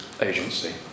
agency